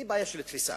היא בעיה של תפיסה.